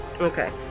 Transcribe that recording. okay